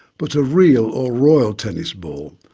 but a real or royal tennis ball,